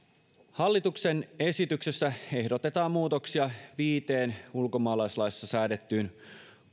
hallituksen esityksessä ehdotetaan muutoksia viiteen ulkomaalaislaissa säädettyyn